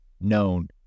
known